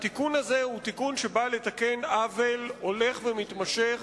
התיקון הזה הוא תיקון שבא לתקן עוול הולך ומתמשך